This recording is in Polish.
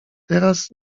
teraz